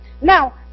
Now